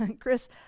Chris